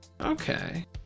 Okay